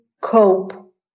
cope